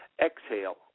exhale